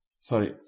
sorry